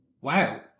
wow